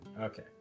Okay